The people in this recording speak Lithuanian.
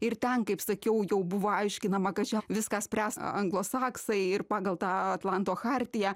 ir ten kaip sakiau jau buvo aiškinama kad čia viską spręs anglosaksai ir pagal tą atlanto chartiją